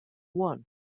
uonn